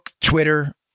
Twitter